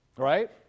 right